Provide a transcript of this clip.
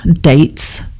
dates